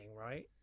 right